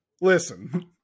listen